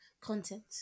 content